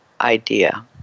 idea